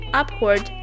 upward